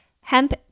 Hemp